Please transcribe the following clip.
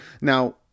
Now